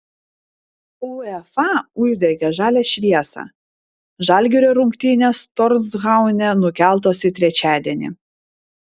uefa uždegė žalią šviesą žalgirio rungtynės torshaune nukeltos į trečiadienį